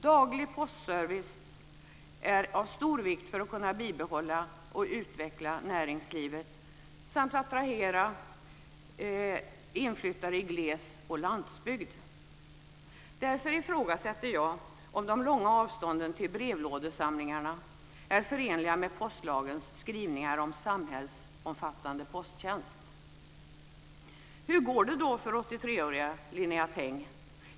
Daglig postservice är av stor vikt för att kunna bibehålla och utveckla näringslivet samt att attrahera inflyttare i gles och landsbygd. Därför ifrågasätter jag om de långa avstånden till brevlådesamlingarna är förenliga med postlagens skrivningar om samhällsomfattande posttjänst. Hur går det då för 83-åriga Linnea Täng?